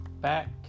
back